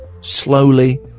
slowly